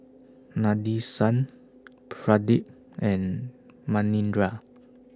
Nadesan Pradip and Manindra